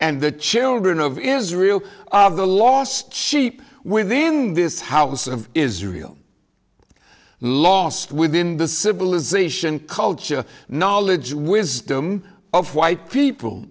and the children of israel of the lost sheep within this house of israel lost within the civilization culture knowledge wisdom of white people